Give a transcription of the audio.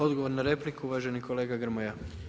Odgovor na repliku, uvaženi kolega Grmoja.